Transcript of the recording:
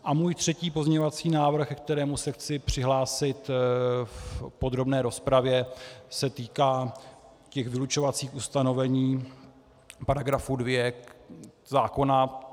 A můj třetí pozměňovací návrh, ke kterému se chci přihlásit v podrobné rozpravě, se týká těch vylučovacích ustanovení paragrafu 2 zákona.